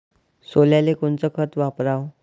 सोल्याले कोनचं खत वापराव?